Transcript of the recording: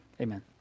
Amen